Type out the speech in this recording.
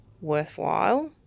worthwhile